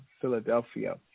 Philadelphia